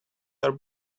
are